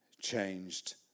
changed